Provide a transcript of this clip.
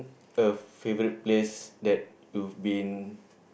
of favourite place that you've been